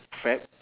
fad